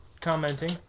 commenting